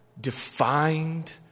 defined